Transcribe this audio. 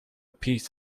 peace